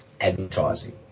advertising